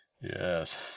Yes